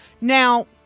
Now